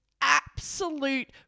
absolute